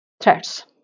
threats